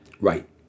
Right